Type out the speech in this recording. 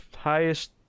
highest